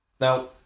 Now